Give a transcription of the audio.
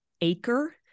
acre